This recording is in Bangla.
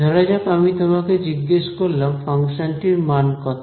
ধরা যাক আমি তোমাকে জিজ্ঞেস করলাম ফাংশনটির মান কত